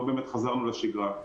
לא באמת חזרנו לשגרה,